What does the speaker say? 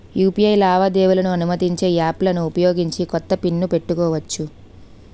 UPI లావాదేవీలను అనుమతించే యాప్లలను ఉపయోగించి కొత్త పిన్ ను పెట్టుకోవచ్చు